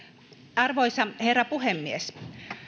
arvoisa herra puhemies